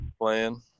playing